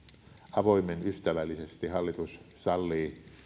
avoimen ystävällisesti sallii